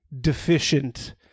deficient